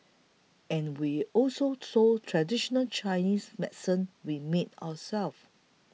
and we also sold traditional Chinese medicine we made ourselves